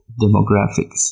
demographics